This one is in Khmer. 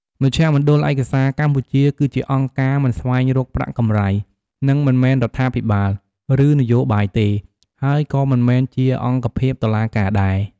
មជ្ឈមណ្ឌលឯកសារកម្ពុជា គឺជាអង្គការមិនស្វែងរកប្រាក់កម្រៃ និង មិនមែនរដ្ឋាភិបាល ឬ នយោបាយទេ ហើយក៏មិនមែនជាអង្គភាពតុលាការដែរ។